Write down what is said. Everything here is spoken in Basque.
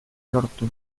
lortu